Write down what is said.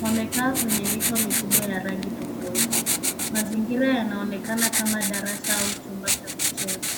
Wamekaa kwenye mito mikubwa ya rangi tofauti. Mazingira yanaonekana kama darasa au chumba cha kucheza.